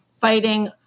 fighting